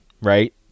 right